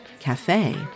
Cafe